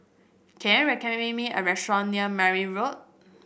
can you recommend me a restaurant near Meyer Road